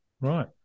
Right